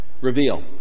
Reveal